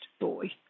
boy